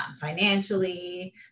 financially